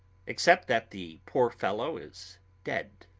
except that the poor fellow is dead.